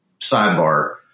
sidebar